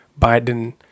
Biden